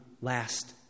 last